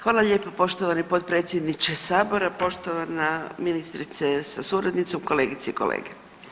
Hvala lijepa poštovani potpredsjedniče Sabora, poštovana ministrice sa suradnicom, kolegice i kolege.